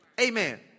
Amen